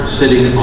sitting